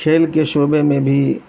کھیل کے شعبے میں بھی